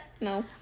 No